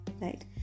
right